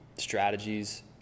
strategies